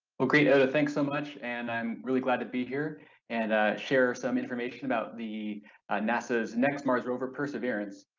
well great ota, thanks so much and i'm really glad to be here and ah share some information about the nasa's next mars rover perseverance.